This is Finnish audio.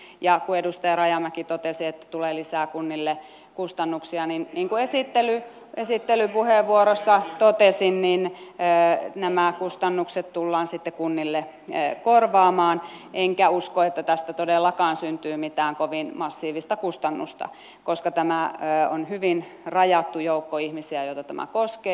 ja kun edustaja rajamäki totesi että tulee lisää kunnille kustannuksia niin niin kuin esittelypuheenvuorossa totesin nämä kustannukset tullaan sitten kunnille korvaamaan enkä usko että tästä todellakaan syntyy mitään kovin massiivista kustannusta koska tämä on hyvin rajattu joukko ihmisiä joita tämä koskee